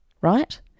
right